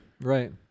right